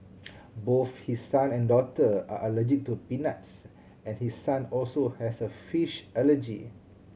both his son and daughter are allergic to peanuts and his son also has a fish allergy